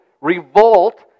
revolt